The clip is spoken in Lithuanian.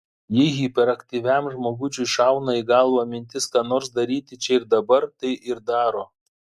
jeigu hiperaktyviam žmogučiui šauna į galvą mintis ką nors daryti čia ir dabar tai ir daro